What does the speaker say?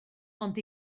ond